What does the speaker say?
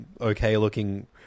okay-looking